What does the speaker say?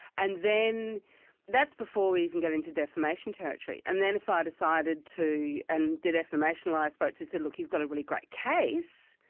and then that's before we even get into defamation territory. and then if i ah decided to and the defamation lawyer i spoke to said, look, you've got a really great case,